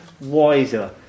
wiser